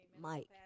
Mike